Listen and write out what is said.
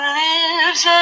lives